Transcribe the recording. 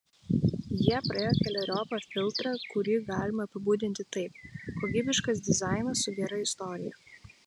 jie praėjo keleriopą filtrą kurį galima apibūdinti taip kokybiškas dizainas su gera istorija